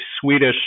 Swedish